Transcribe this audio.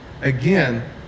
again